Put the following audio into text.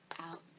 out